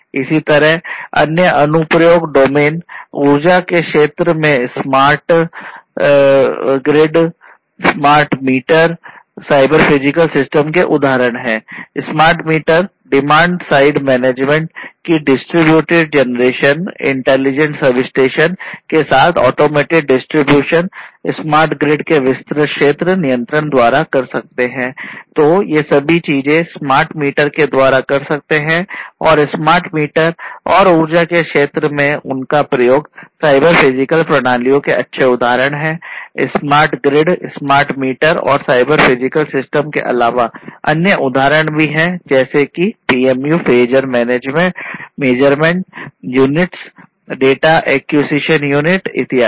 इसी तरह अन्य अनुप्रयोग डोमेन ऊर्जा क्षेत्र में स्मार्ट ग्रिड इत्यादि